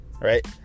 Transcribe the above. right